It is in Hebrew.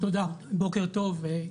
תודה, בוקר טוב,